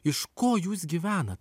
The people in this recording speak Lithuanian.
iš ko jūs gyvenat